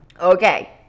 Okay